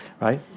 right